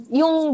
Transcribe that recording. yung